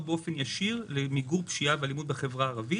באופן ישיר למיגור פשיעה ואלימות בחברה הערבית.